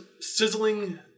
sizzling